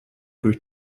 durch